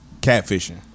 Catfishing